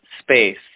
space